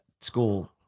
school